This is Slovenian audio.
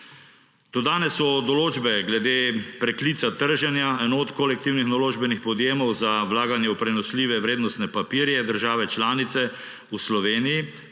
Dodane so določbe glede preklica trženja enot kolektivnih naložbenih podjemov za vlaganje v prenosljive vrednostne papirje države članice v Sloveniji.